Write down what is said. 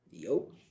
Yo